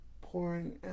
Pouring